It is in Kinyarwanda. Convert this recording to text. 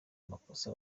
amakosa